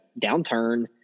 downturn